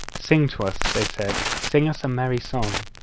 sing to us they said sing us a merry song.